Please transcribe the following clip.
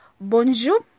Bonjour